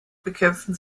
bekämpften